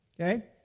Okay